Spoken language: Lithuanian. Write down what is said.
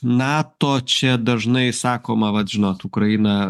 nato čia dažnai sakoma vat žinot ukraina